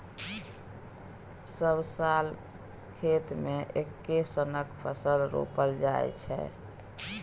सब साल खेत मे एक्के सनक फसल रोपल जाइ छै